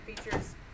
features